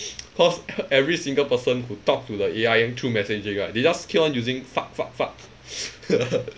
cause every single person who talk to the A_I through messaging right they just keep on using fuck fuck fuck hehe